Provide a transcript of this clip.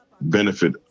benefit